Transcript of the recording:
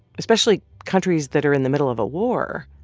especially countries that are in the middle of a war,